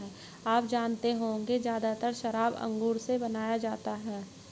आप जानते होंगे ज़्यादातर शराब अंगूर से बनाया जाता है